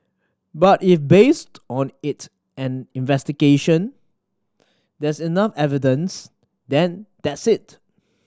but if based on it and investigation there's enough evidence then that's it